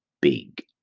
big